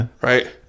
Right